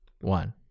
one